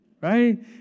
Right